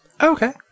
okay